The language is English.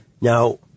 Now